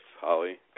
Holly